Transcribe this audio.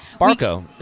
Barco